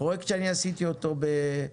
פרויקט שאני עשיתי אותו בירוחם,